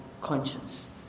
conscience